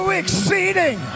exceeding